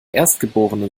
erstgeborene